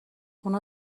اونها